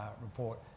report